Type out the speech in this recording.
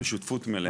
כן, בשותפות מלאה.